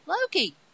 Loki